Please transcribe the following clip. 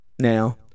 now